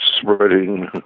spreading